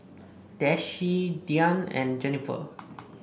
Dezzie Deann and Jenifer